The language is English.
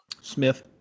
Smith